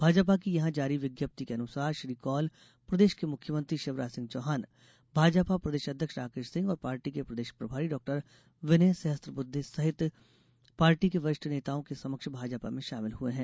भाजपा की यहां जारी विज्ञप्ति के अनुसार श्री कोल प्रदेश के मुख्यमंत्री शिवराज सिंह चौहान भाजपा प्रदेश अध्यक्ष राकेश सिंह और पार्टी के प्रदेश प्रभारी डॉ विनय सहस्रबुद्धे सहित पार्टी के वरिष्ठ नेताओं के समक्ष भाजपा में शामिल हुए हैं